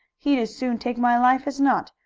he'd as soon take my life as not.